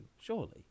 surely